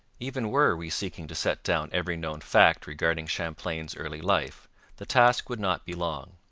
even were we seeking to set down every known fact regarding champlain's early life the task would not be long.